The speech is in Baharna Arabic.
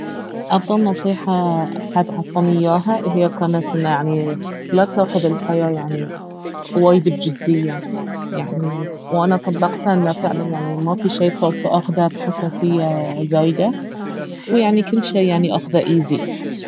افضل نصيحة احد عطاني إياها اهي كانت انه يعني لا تأخذ الحياة يعني وايد بجدية يعني وانا طبقتها انه فعلا يعني ما في شي صرت اخذه بحساسية زايدة ويعني كل شي يعني اخذه إيزي